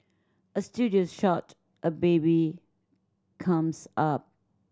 a studio shot a baby comes up